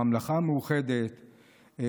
הממלכה המאוחדת,